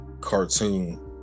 cartoon